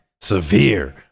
severe